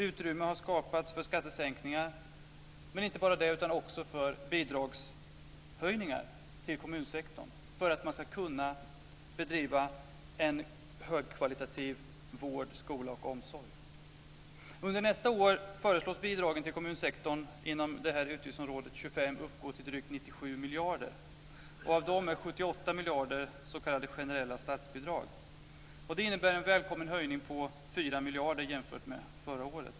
Utrymme har skapats för skattesänkningar men också för höjningar av bidrag till kommunsektorn, för att man där ska kunna bedriva en högkvalitativ verksamhet inom vård, skola och omsorg. För nästa år föreslås bidragen till kommunsektorn inom utgiftsområde 25 uppgå till drygt 97 miljarder. Av dem är 78 miljarder s.k. generella statsbidrag. Det innebär en välkommen höjning om 4 miljarder jämfört med förra året.